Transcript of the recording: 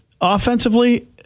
offensively